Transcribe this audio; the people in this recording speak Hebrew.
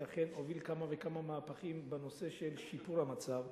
שאכן הוביל כמה וכמה מהפכים בנושא של שיפור המצב.